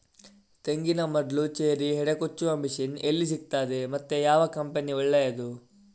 ತೆಂಗಿನ ಮೊಡ್ಲು, ಚೇರಿ, ಹೆಡೆ ಕೊಚ್ಚುವ ಮಷೀನ್ ಎಲ್ಲಿ ಸಿಕ್ತಾದೆ ಮತ್ತೆ ಯಾವ ಕಂಪನಿ ಒಳ್ಳೆದು?